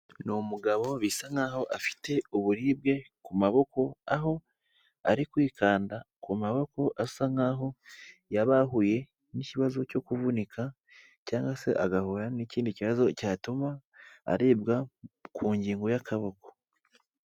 Ni umugabo bisa nkaho afite uburibwe ku maboko, aho ari kwikanda ku maboko asa nkaho yaba yahuye n'ikibazo cyo kuvunika cyangwa se agahura n'ikindi kibazo cyatuma aribwa ku ngingo y'akaboko.